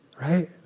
Right